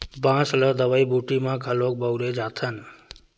बांस ल दवई बूटी म घलोक बउरे जाथन